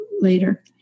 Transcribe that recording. later